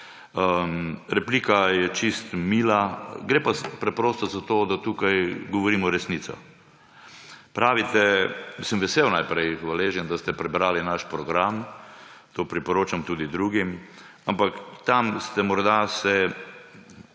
Replika je čisto mila, gre pa preprosto za to, da tukaj govorimo resnico. Sem vesel, najprej hvaležen, da ste prebrali naš program, to priporočam tudi drugim, ampak tam ste se